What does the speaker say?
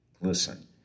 Listen